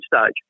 stage